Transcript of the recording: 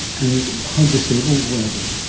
and how disabled were they?